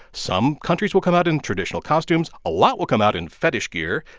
some countries will come out in traditional costumes a lot will come out in fetish gear.